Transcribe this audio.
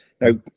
now